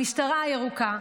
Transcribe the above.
המשטרה הירוקה,